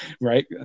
right